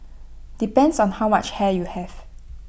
depends on how much hair you have